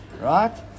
Right